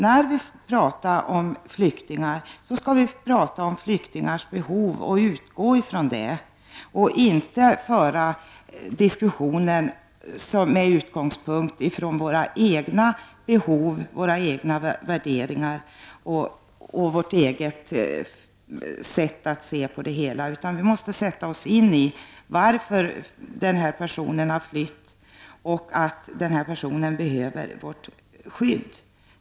När vi talar om flyktingar, skall vi utgå från flyktingarnas behov och inte föra diskussionen med utgångspunkt i våra egna behov och värderingar. Vi måste sätta oss in i varför den här personen har flytt och inse att den personen behöver vårt skydd.